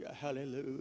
hallelujah